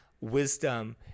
wisdom